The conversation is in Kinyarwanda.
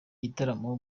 gitaramo